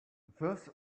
this